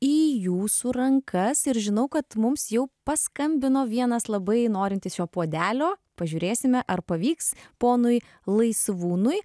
į jūsų rankas ir žinau kad mums jau paskambino vienas labai norintis šio puodelio pažiūrėsime ar pavyks ponui laisvūnui